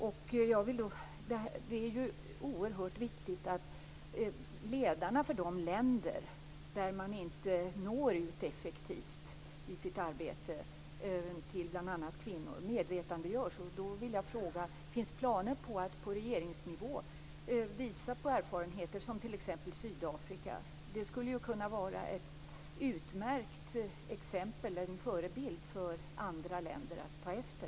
Det är oerhört viktigt att ledarna för de länder där man i sitt arbete inte når ut effektivt till bl.a. kvinnor medvetandegörs. Jag vill fråga: Finns det planer på att på regeringsnivå visa på erfarenheter som t.ex. Sydafrika? Det skulle kunna vara ett utmärkt exempel, en förebild för andra länder att ta efter.